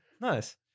nice